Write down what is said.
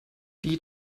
die